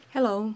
Hello